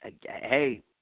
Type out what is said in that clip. Hey